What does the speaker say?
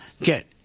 get